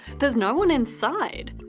there's no one inside.